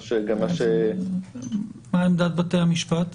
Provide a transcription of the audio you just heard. מה עמדת בתי המשפט?